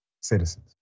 citizens